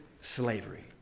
slavery